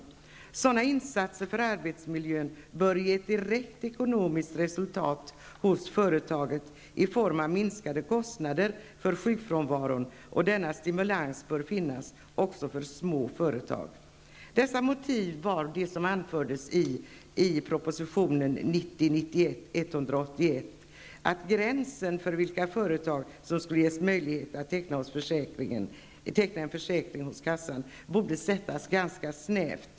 Sådana insatser för arbetsmiljön bör ge direkt ekonomiskt resultat hos företagen i form av minskade kostnader för sjukfrånvaron. Denna stimulans bör finnas också för små företag. Motiven var det som anfördes i proposition 1990/91:181, att gränsen för vilka företag som skall ges möjlighet att teckna en försäkring hos försäkringskassan skall sättas ganska snävt.